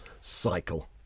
cycle